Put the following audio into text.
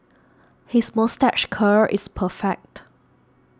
his moustache curl is perfect